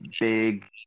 Big